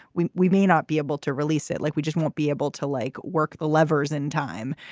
we we may not be able to release it like we just won't be able to, like work the levers in time.